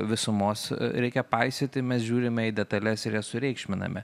visumos reikia paisyti mes žiūrime į detales ir jas sureikšminame